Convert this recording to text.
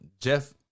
Jeff